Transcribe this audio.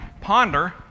ponder